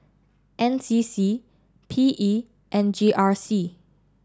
N C C P E and G R C